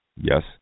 Yes